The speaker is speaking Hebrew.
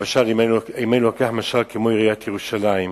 למשל, אם אני לוקח את עיריית ירושלים,